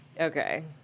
Okay